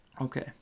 okay